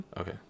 Okay